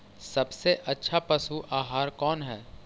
सबसे अच्छा पशु आहार कौन है?